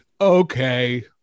Okay